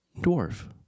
dwarf